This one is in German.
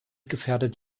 gefährdet